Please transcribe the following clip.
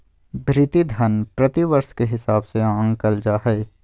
भृति धन प्रतिवर्ष के हिसाब से आँकल जा हइ